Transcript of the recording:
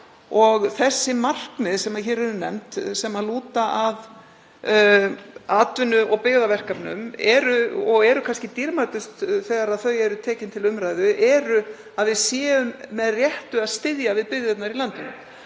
Þau markmið sem hér eru nefnd og lúta að atvinnu- og byggðaverkefnum, og eru kannski dýrmætust þegar þau eru tekin til umræðu, eru þau að við séum með réttu að styðja við byggðirnar í landinu,